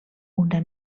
una